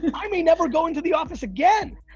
i may never go into the office again.